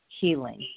healing